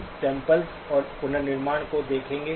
हम सैम्पल्स और पुनर्निर्माण को देखेंगे